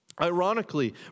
Ironically